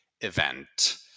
event